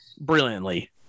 brilliantly